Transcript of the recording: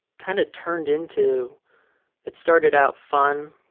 kind of turned into it started out fun